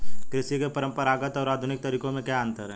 कृषि के परंपरागत और आधुनिक तरीकों में क्या अंतर है?